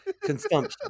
Consumption